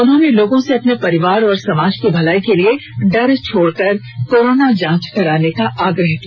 उन्होंने लोगों से अपने परिवार और समाज की भलाई के लिए डर छोड़कर कोरोना जांच कराने का आग्रह किया